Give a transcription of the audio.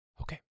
Okay